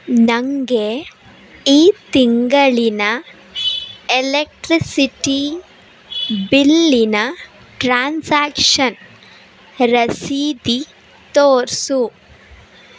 ನನಗೆ ಈ ತಿಂಗಳಿನ ಎಲೆಕ್ಟ್ರಿಸಿಟಿ ಬಿಲ್ಲಿನ ಟ್ರಾನ್ಸಾಕ್ಷನ್ ರಸೀದಿ ತೋರಿಸು